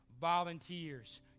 Volunteers